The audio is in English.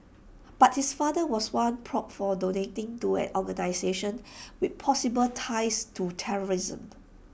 but his father was once probed for donating to an organisation with possible ties to terrorists